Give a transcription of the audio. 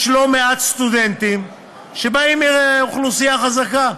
יש לא-מעט סטודנטים שבאים מאוכלוסייה חזקה,